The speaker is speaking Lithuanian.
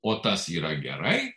o tas yra gerai